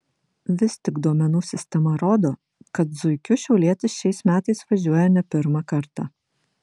vis tik duomenų sistema rodo kad zuikiu šiaulietis šiais metais važiuoja ne pirmą kartą